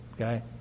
Okay